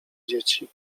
dzieci